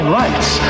rights